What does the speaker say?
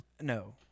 No